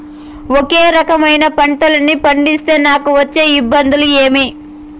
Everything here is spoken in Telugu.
ఒకే రకమైన పంటలని పండిస్తే నాకు వచ్చే ఇబ్బందులు ఏమి?